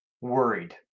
worried